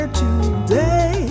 today